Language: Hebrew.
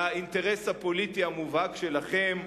לאינטרס הפוליטי המובהק שלכם.